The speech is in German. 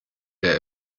der